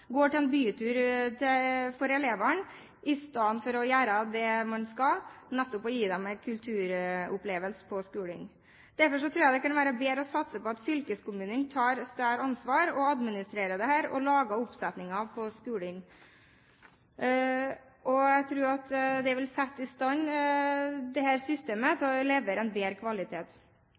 går til en bytur for elevene, istedenfor å gjøre det man skal, nettopp å gi dem en kulturopplevelse på skolen. Derfor tror jeg det kan være bedre å satse på at fylkeskommunene tar større ansvar og administrerer dette, og lager oppsetninger på skolen. Jeg tror at det vil sette dette systemet i stand til å levere bedre kvalitet. Jeg tror mange av de kulturelle oppgavene må koordineres bedre framover. Vi må få en bedre